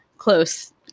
close